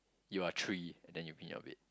you are three and then you pee in your bed